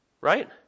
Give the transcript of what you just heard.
Right